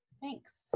Thanks